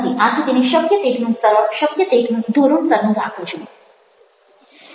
આથી તેને શક્ય તેટલું સરળ શક્ય તેટલું ધોરણસરનું રાખું છું